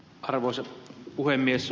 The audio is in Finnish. arvoisa puhemies